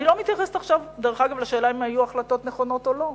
ואני לא מתייחסת עכשיו לשאלה אם היו החלטות נכונות או לא,